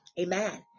amen